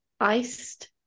iced